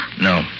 No